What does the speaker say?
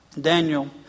Daniel